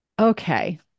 Okay